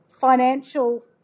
financial